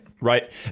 Right